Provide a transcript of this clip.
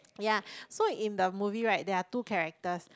yea so in the movie right there are two characters